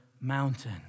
mountain